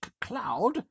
cloud